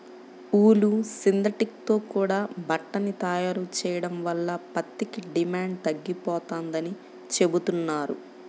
ఊలు, synthetic తో కూడా బట్టని తయారు చెయ్యడం వల్ల పత్తికి డిమాండు తగ్గిపోతందని చెబుతున్నారు